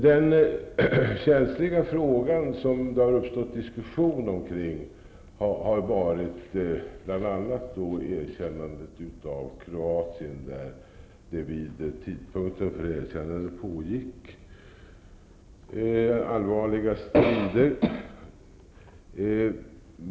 Den känsliga fråga som det har uppstått diskusioner kring är bl.a. erkännandet av Kroatien, där det vid tidpunkten för erkännandet pågick allvarliga strider.